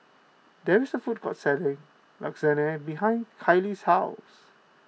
there is a food court selling Lasagne behind Kailey's house